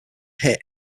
hit